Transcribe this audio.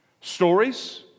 Stories